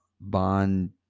Bond